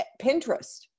Pinterest